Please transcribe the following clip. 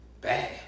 Bad